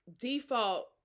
default